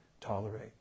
Tolerate